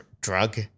drug